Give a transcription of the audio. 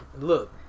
look